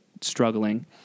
struggling